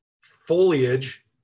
foliage